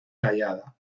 tallada